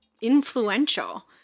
influential